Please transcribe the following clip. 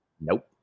Nope